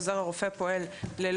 עוזר הרופא הוא בעל הידע,